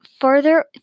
further